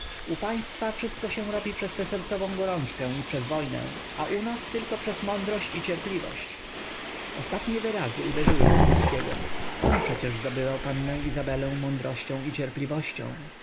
u państwa wszystko się robi przez te sercowe gorączke i przez wojne a u nas tylko przez mądrość i cierpliwość ostatnie wyrazy uderzyły wokulskiego on przecież zdobywał pannę izabelę mądrością i cierpliwością